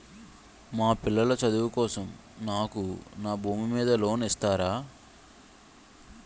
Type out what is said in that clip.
మా పిల్లల చదువు కోసం నాకు నా భూమి మీద లోన్ ఇస్తారా?